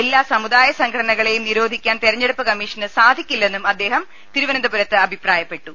എല്ലാ സമുദായ സംഘ ടനകളെയും നിരോധിക്കാൻ തെരഞ്ഞെടുപ്പ് കമ്മീഷന് സാധിക്കി ല്ലെന്നും അദ്ദേഹം തിരുവനന്തപുരത്ത് അഭിപ്രായപ്പെട്ടു